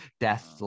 death